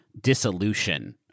dissolution